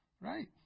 Right